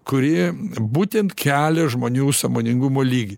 kuri būtent kelia žmonių sąmoningumo lygį